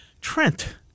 Trent